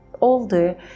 older